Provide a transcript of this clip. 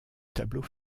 tableau